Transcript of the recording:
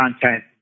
content